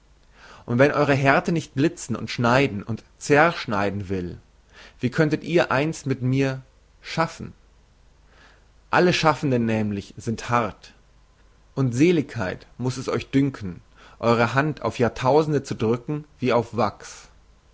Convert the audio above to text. und wenn eure härte nicht blitzen und schneiden und zerschneiden will wie könntet ihr einst mit mir schaffen alle schaffenden nämlich sind hart und seligkeit muss es euch dünken eure hand auf jahrtausende zu drücken wie auf wachs